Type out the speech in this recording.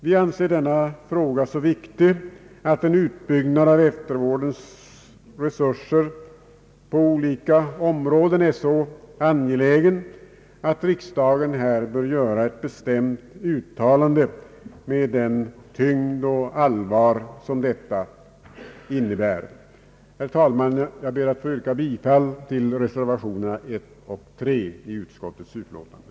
Vi anser denna fråga så viktig och en utökning av eftervårdens resurser på olika områden så angelägen att riksdagen här bör göra ett bestämt uttalande med den tyngd och det allvar som detta innebär. Herr talman! Jag ber att få yrka bifall till reservationerna 1 och 3 vid utskottets utlåtande.